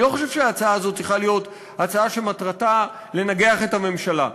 אני לא חושב שההצעה הזאת צריכה להיות הצעה שמטרתה לנגח את הממשלה.